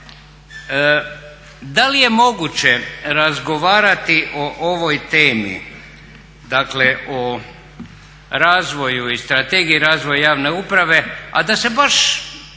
Da li je moguće razgovarati o ovoj temi, dakle o razvoju i Strategiji razvoja javne uprave, a da se baš